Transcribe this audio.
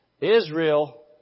Israel